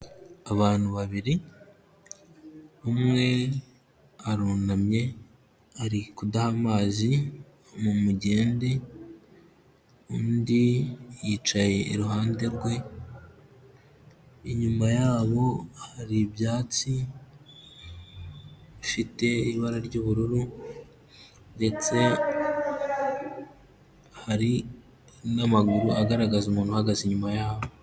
Abantu babiri umwe arunamye, ari kudaha amazi mu mugende, undi yicaye iruhande rwe inyuma yabo haribyatsi bifite ibara ry'ubururu, ndetse hari n'amaguru agaragaza umuntu uhagaze inyuma yaho.